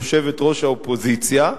יושבת-ראש האופוזיציה,